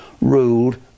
ruled